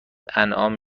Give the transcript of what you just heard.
انعام